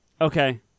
Okay